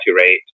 rate